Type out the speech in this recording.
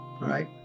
right